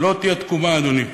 ולמשטינים לא תהיה תקומה, אדוני.